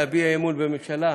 להביע אי-אמון בממשלה,